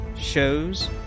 shows